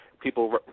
People